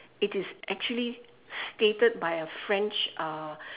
it is actually stated by a french uh